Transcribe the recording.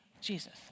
Jesus